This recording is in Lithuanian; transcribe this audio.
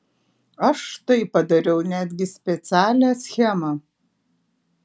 aš štai padariau netgi specialią schemą